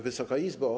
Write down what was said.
Wysoka Izbo!